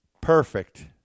Perfect